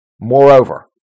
Moreover